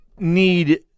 need